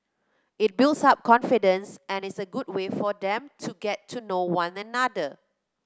it builds up confidence and is a good way for them to get to know one another